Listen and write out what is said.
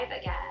again